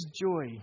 joy